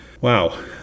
wow